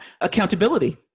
Accountability